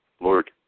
Lord